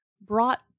brought